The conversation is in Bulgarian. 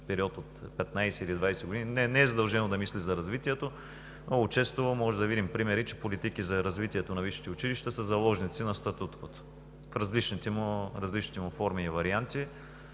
академично ръководство не е задължено да мисли за развитието. Много често можем да видим примери, че политики за развитието на висшите училища са заложници на статуквото в различните му форми и варианти.